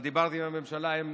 אבל דיברתי עם הממשלה, הם